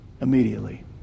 immediately